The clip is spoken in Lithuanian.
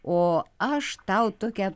o aš tau tokią